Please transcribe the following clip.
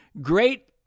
great